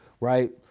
right